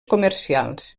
comercials